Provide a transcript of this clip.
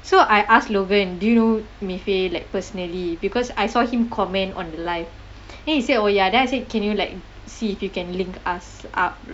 so I asked logan do you know mei fei like personally because I saw him comment on her live then he said oh ya then I said can you like see if you can link us up